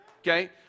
okay